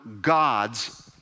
gods